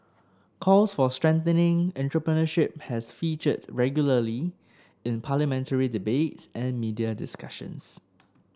calls for strengthening entrepreneurship has featured regularly in parliamentary debates and media discussions